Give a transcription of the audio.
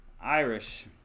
Irish